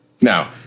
Now